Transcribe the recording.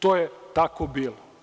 To je tako bilo.